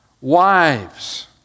Wives